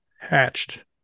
hatched